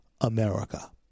America